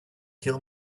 kill